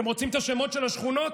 אתם רוצים את השמות של השכונות?